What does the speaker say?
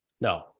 No